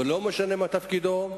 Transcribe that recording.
ולא משנה מה תפקידם,